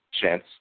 chance